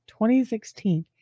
2016